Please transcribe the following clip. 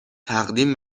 تقدیم